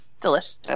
delicious